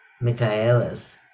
Michaelis